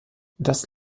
das